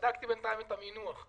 בדקתי בינתיים בהחלטות הממשלה את המינוח: